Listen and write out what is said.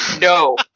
No